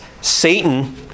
Satan